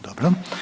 Dobro.